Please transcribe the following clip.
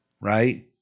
right